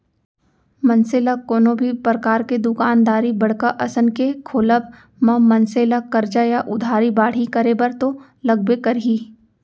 मनसे ल कोनो भी परकार के दुकानदारी बड़का असन के खोलब म मनसे ला करजा या उधारी बाड़ही करे बर तो लगबे करही